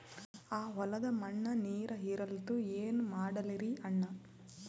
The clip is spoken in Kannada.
ಆ ಹೊಲದ ಮಣ್ಣ ನೀರ್ ಹೀರಲ್ತು, ಏನ ಮಾಡಲಿರಿ ಅಣ್ಣಾ?